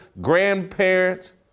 grandparents